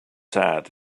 sad